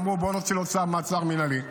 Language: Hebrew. אמרו: בואו נוציא לו צו מעצר מינהלי.